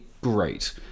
great